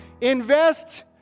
invest